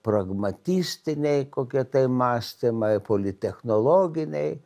pragmatistiniai kokie tai mąstymai politechnologiniai